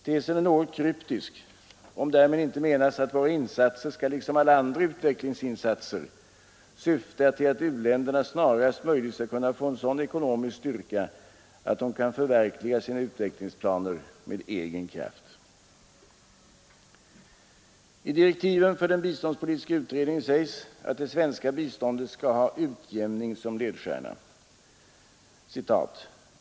Tesen är något kryptisk, om därmed inte menas att våra insatser skall liksom alla andra utvecklingsinsatser syfta till att u-länderna snarast möjligt skall kunna få en sådan ekonomisk styrka att de kan förverkliga sina utvecklingsplaner med egen kraft. I direktiven för den biståndspolitiska utredningen sägs att det svenska biståndet skall ha utjämning som ledstjärna.